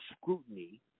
scrutiny